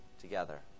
together